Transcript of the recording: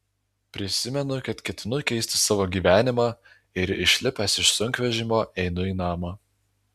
prisimenu kad ketinu keisti savo gyvenimą ir išlipęs iš sunkvežimio einu į namą